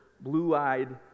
blue-eyed